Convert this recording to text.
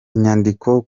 inyandiko